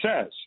says